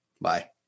Bye